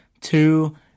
two